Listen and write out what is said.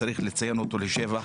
שצריך לציין אותו לשבח.